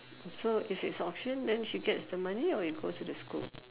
so if it's option then she gets the money or it goes to the school